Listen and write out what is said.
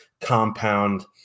compound